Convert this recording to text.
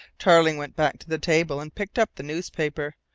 tarling went back to the table and picked up the newspaper,